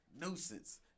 nuisance